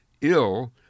ill